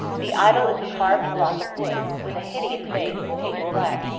the idol is a carved block of wood, with a hideous face, painted black,